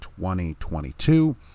2022